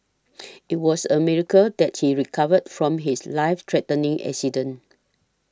it was a miracle that he recovered from his life threatening accident